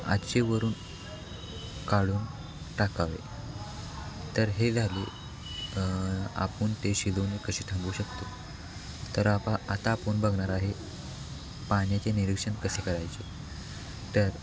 आचेवरून काढून टाकावे तर हे झाले आपण ते शिजवणे कसे थांबवू शकतो तर आपा आता आपण बघणार आहे पाण्याचे निरीक्षण कसे करायचे तर